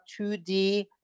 2D